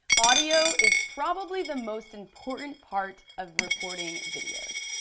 audio is probably the most important part of recording videos.